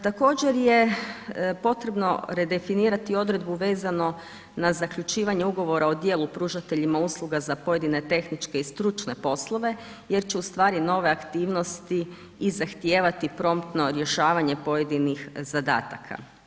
Također je potrebno redefinirati odredbu vezano na zaključivanje ugovora o dijelu pružateljima usluga za pojedine tehničke i stručne poslove, jer će ustvari nove aktivnosti i zahtijevati promptno rješavanje pojedinih zadataka.